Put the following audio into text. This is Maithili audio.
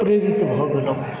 प्रेरित भऽ गेलहुँ